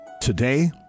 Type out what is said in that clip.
today